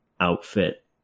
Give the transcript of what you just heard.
outfit